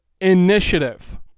initiative